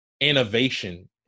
innovation